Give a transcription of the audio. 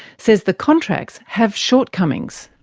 says the contracts have shortcomings.